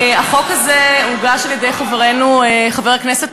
החוק הזה הוגש על-ידי חברנו חבר הכנסת